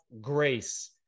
grace